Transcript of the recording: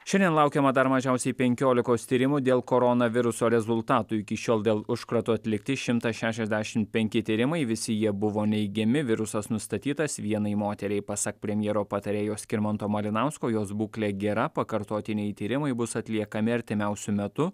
šiandien laukiama dar mažiausiai penkiolikos tyrimų dėl koronaviruso rezultatų iki šiol dėl užkrato atlikti šimtas šešiasdešim penki tyrimai visi jie buvo neigiami virusas nustatytas vienai moteriai pasak premjero patarėjo skirmanto malinausko jos būklė gera pakartotiniai tyrimai bus atliekami artimiausiu metu